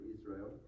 Israel